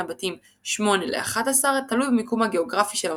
הבתים 8–11 תלוי במיקום הגאוגרפי של המפה.